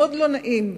מאוד לא נעים,